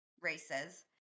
races